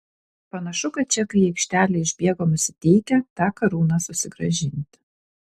panašu kad čekai į aikštelę išbėgo nusiteikę tą karūną susigrąžinti